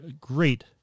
great